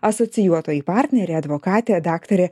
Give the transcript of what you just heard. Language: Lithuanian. asocijuotoji partnerė advokatė daktarė